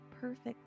perfect